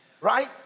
Right